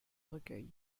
recueil